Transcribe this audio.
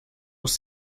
was